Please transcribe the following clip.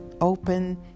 Open